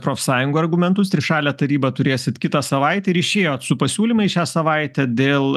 profsąjungų argumentus trišalę tarybą turėsit kitą savaitę ir išėjot su pasiūlymais šią savaitę dėl